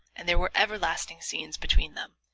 and there were everlasting scenes between them.